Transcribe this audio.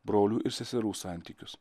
brolių ir seserų santykius